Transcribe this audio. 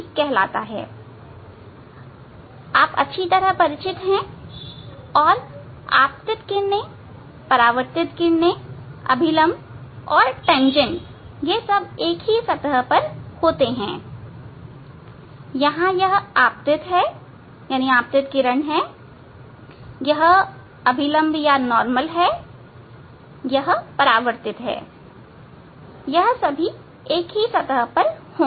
आप अच्छी तरह परिचित हैं और आपतित किरणें परावर्तित किरणें अभिलंब और तेंजेंट एक ही सतह पर होते हैं यहां यह आपतित है यह अभिलंब है और यह परावर्तित है यह सभी एक सतह पर होंगी